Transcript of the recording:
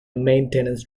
maintenance